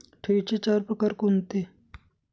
ठेवींचे चार प्रकार कोणते?